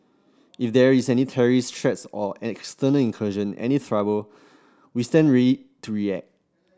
if there is any terrorist threat or external incursion any trouble we stand ready to react